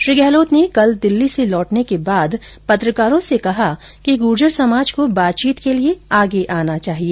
श्री गहलोत ने कल दिल्ली से लौटने के बाद पत्रकारों से कहा कि गुर्जर समाज को बातचीत के लिये आगे आना चाहिए